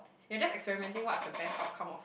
you're just experimenting what's the best outcome of